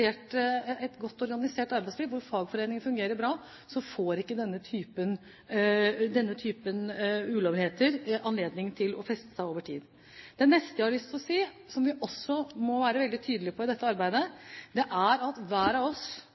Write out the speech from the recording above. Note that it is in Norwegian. arbeidsliv, hvor fagforeningen fungerer bra, får ikke denne typen ulovligheter anledning til å feste seg over tid. Det neste som jeg har lyst til å si, som vi også må være veldig tydelige på i dette arbeidet, er at hver av oss